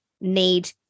need